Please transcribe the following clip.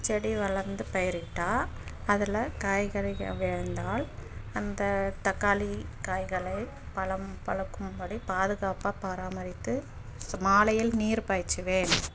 செடி வளர்ந்து பயிரிட்டால் அதில் காய்கறிகள் விளைந்தால் அந்த தக்காளி காய்களை பழம் பழுக்கும் வரை பாதுகாப்பாக பராமரித்து மாலையில் நீர் பாய்ச்சுவேன்